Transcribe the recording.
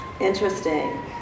Interesting